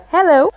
Hello